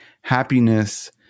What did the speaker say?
happiness